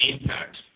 impact